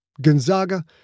Gonzaga